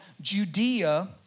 Judea